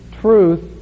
truth